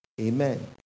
Amen